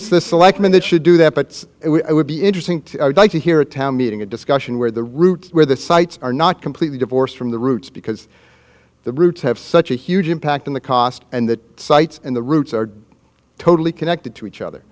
the selectmen that should do that but it would be interesting to hear a town meeting a discussion where the roots where the sites are not completely divorced from the roots because the roots have such a huge impact on the cost and the sights and the roots are totally connected to each other